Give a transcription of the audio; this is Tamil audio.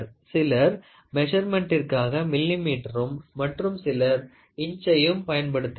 சிலர் மெசர்மென்டிற்காக மில்லிமீட்டரும் மற்றும் சிலர் இன்ச்சையும் பயன்படுத்துகின்றனர்